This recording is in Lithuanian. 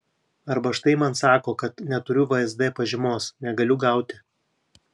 arba štai man sako kad neturiu vsd pažymos negaliu gauti